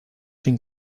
sin